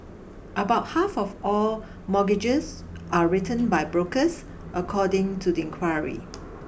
about half of all mortgages are written by brokers according to the inquiry